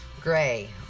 Gray